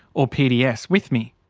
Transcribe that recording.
or pds, with me.